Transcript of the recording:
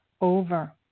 over